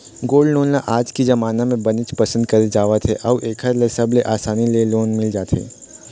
gold loan ल आज के जमाना म बनेच पसंद करे जावत हे अउ एखर ले सबले असानी ले लोन मिल जाथे